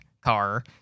car